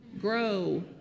grow